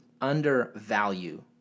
undervalue